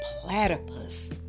platypus